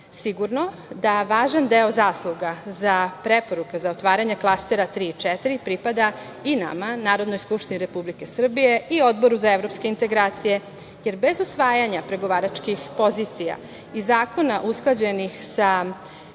da važan deo zasluga za preporuke za otvaranje klastera tri i četiri pripada i nama, Narodnoj skupštini Republike Srbije i Odboru za evropske integracije. Bez usvajanje pregovaračkih pozicija i zakona usklađenih sa